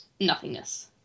nothingness